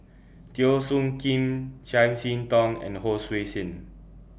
Teo Soon Kim Chiam See Tong and Hon Sui Sen